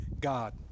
God